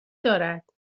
دارد